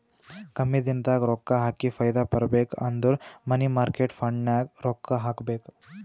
ಕಮ್ಮಿ ದಿನದಾಗ ರೊಕ್ಕಾ ಹಾಕಿ ಫೈದಾ ಬರ್ಬೇಕು ಅಂದುರ್ ಮನಿ ಮಾರ್ಕೇಟ್ ಫಂಡ್ನಾಗ್ ರೊಕ್ಕಾ ಹಾಕಬೇಕ್